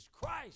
Christ